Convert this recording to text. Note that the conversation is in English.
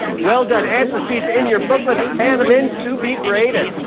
well done. answer sheets in your booklets. hand them in to be graded.